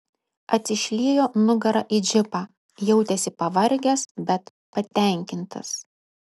atsišliejo nugara į džipą jautėsi pavargęs bet patenkintas